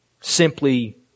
simply